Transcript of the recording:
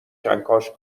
کنکاش